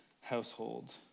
household